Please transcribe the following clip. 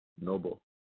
Noble